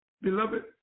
Beloved